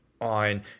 on